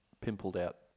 pimpled-out